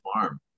farm